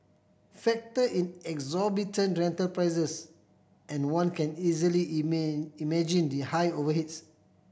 factor in exorbitant rental prices and one can easily imagine the high overheads